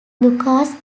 lucas